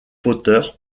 potter